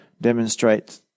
demonstrate